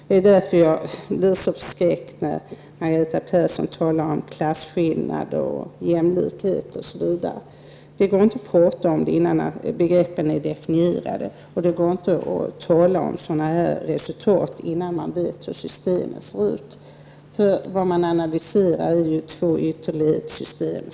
Det var därför jag blev så förskräckt när Margareta Persson talade om klasskillnader och jämlikhet. Det går inte att prata om det innan begreppen är definierade. Det går inte att tala om resultat innan man vet hur systemet ser ut. Vad man analyserar är ju två ytterlighetssystem.